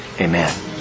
Amen